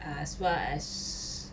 as well as